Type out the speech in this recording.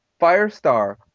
Firestar